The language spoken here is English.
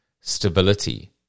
stability